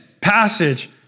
passage